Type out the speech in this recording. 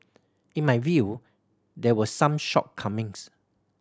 in my view there were some shortcomings